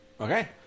Okay